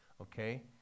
okay